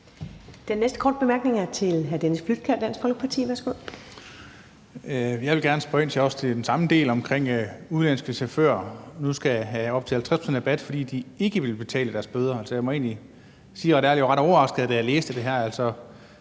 Den næste korte bemærkning er til hr. Dennis Flydtkjær, Dansk Folkeparti. Værsgo. Kl. 21:26 Dennis Flydtkjær (DF): Jeg vil også gerne spørge ind til den samme del, nemlig at udenlandske chauffører nu skal have op til 50 pct. rabat, fordi de ikke vil betale deres bøder. Så jeg må egentlig ærligt sige, at jeg var ret overrasket, da jeg læste det her,